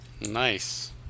Nice